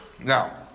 now